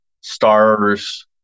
stars